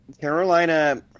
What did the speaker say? Carolina